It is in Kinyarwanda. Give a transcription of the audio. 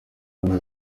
ntore